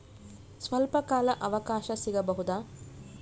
ಸ್ವಲ್ಪ ಕಾಲ ಅವಕಾಶ ಸಿಗಬಹುದಾ?